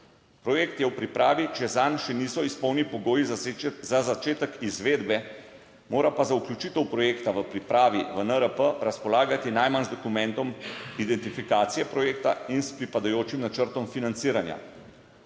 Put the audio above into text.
(Nadaljevanje) če zanj še niso izpolnjeni pogoji za, za začetek izvedbe, mora pa za vključitev projekta v pripravi v NRP razpolagati najmanj z dokumentom identifikacije projekta in s pripadajočim načrtom financiranja.